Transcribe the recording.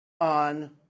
on